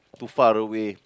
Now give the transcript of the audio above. too far away